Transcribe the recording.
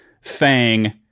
Fang